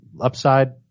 Upside